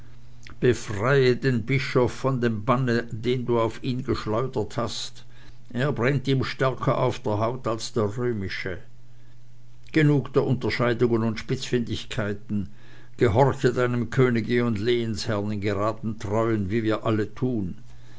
befreie den bischof von dem banne den du auf ihn geschleudert hast er brennt ihm stärker auf der haut als der römische genug der unterscheidungen und spitzfindigkeiten gehorche deinem könige und lehensherrn in geraden treuen wie wir alle tun